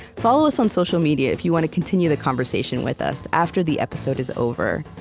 follow us on social media if you want to continue the conversation with us after the episode is over.